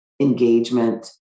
engagement